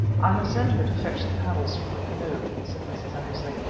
i have sent her to fetch the paddles from the canoe, said mrs. eversley,